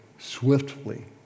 swiftly